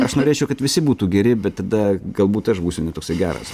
aš norėčiau kad visi būtų geri bet tada galbūt aš būsiu ne toksai geras